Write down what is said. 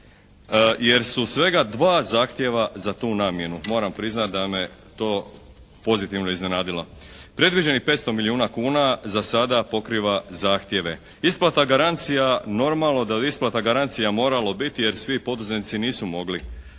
jer su svega dva zahtjeva za tu namjenu. Moram priznati da me to pozitivno iznenadilo. Predviđenih 500 milijuna kuna za sada pokriva zahtjeve. Isplata garancija normalno da ja isplata garancija moralo biti jer svi poduzetnici nisu mogli